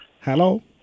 hello